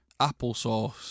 Applesauce